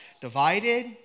divided